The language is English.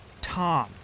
Tom